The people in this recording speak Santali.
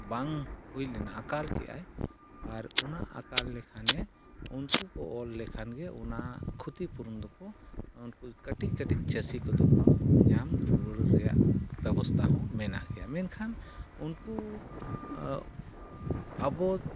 ᱵᱟᱝ ᱦᱩᱭ ᱞᱮᱱᱟ ᱟᱠᱟᱞ ᱠᱮᱫᱟᱭ ᱟᱨ ᱚᱱᱟ ᱟᱠᱟᱞ ᱞᱮᱠᱷᱟᱱᱮ ᱩᱱᱠᱩ ᱠᱚ ᱮᱞ ᱞᱮᱠᱷᱟᱱᱜᱮ ᱚᱱᱟ ᱠᱷᱩᱛᱤ ᱯᱩᱨᱩᱱ ᱫᱚᱠᱚ ᱩᱱᱠᱩ ᱠᱟᱹᱴᱤᱡᱽ ᱠᱟᱹᱴᱤᱡᱽ ᱪᱟᱹᱥᱤ ᱠᱚᱫᱚ ᱠᱚ ᱧᱟᱢ ᱨᱩᱣᱟᱹᱲ ᱨᱮᱭᱟᱜ ᱵᱮᱵᱚᱥᱛᱷᱟ ᱠᱚ ᱢᱮᱱᱟᱜ ᱜᱮᱭᱟ ᱢᱮᱱᱠᱷᱟᱱ ᱩᱱᱠᱩ ᱟᱵᱚ